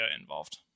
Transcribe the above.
involved